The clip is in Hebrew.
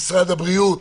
משרד הבריאות,